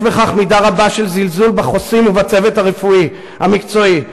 יש בכך מידה רבה של זלזול בחוסים ובצוות הרפואי המקצועי.